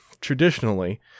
Traditionally